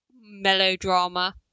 melodrama